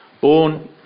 born